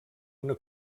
una